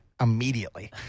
immediately